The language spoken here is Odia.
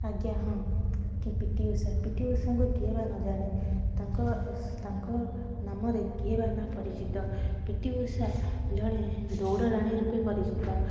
ଆଜ୍ଞା ହଁ P T Usha P T ଉଷାଙ୍କୁ କିଏ ବା ନଜାଣେ ତାଙ୍କ ତାଙ୍କ ନାମରେ କିଏ ବା ନ ପରିଚିତ ପି ଟି ଉଷା ଜଣେ ଦୌଡ଼ରାଣୀ ରୂପେ ପରିଚିତ